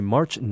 March